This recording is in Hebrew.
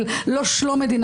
לא.